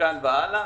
מכאן והלאה,